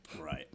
Right